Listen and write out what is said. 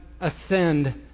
ascend